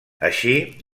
així